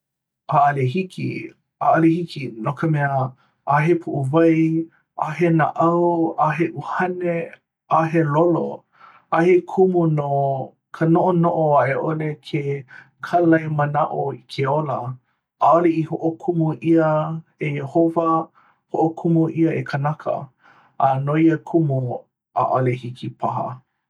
ʻaʻale hiki, ʻaʻale hiki no ka mea ʻaʻahe puʻuwai, ʻaʻahe naʻau ʻaʻahe ʻuhane, ʻaʻahe lolo ʻaʻahe kumu no ka noʻonoʻo a i ʻole ke kalaimanaʻo i ke ola ʻaʻale i hoʻokumu ʻia e iehowa hoʻokumu ʻia e kanaka. a no ia kumu ʻaʻale hiki paha.